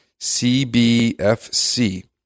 CBFC